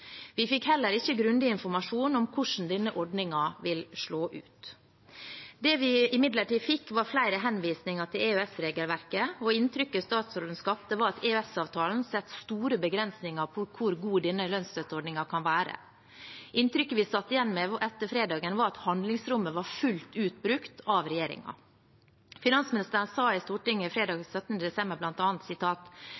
Vi fikk heller ikke grundig informasjon om hvordan denne ordningen vil slå ut. Det vi imidlertid fikk, var flere henvisninger til EØS-regelverket, og inntrykket statsråden skapte, var at EØS-avtalen setter store begrensninger for hvor god denne lønnsstøtteordningen kan være. Inntrykket vi satt igjen med etter fredagen, var at handlingsrommet var fullt ut brukt av regjeringen. Finansministeren sa i Stortinget fredag